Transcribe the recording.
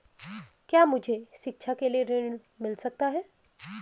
क्या मुझे शिक्षा के लिए ऋण मिल सकता है?